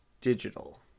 digital